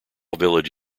village